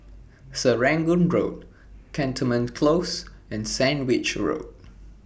Serangoon Road Cantonment Close and Sandwich Road